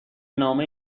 نامه